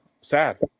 sad